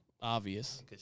Obvious